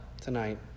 Tonight